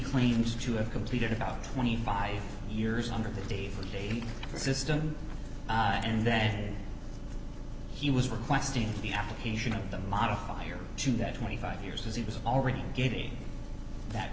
claims to have completed about twenty five years under the day for a system and then he was requesting the application of the modifier to that twenty five years as he was already getting that